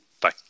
Bye